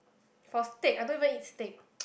for steak I don't even eat steak